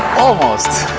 almost!